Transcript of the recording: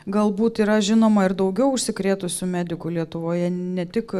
galbūt yra žinoma ir daugiau užsikrėtusių medikų lietuvoje ne tik